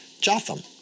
Jotham